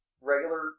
regular